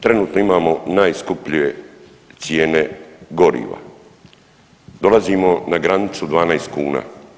Trenutno imamo najskuplje cijene goriva, dolazimo na granicu 12 kuna.